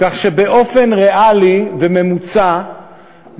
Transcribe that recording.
כך שבאופן ריאלי וממוצע,